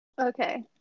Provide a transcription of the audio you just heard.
Okay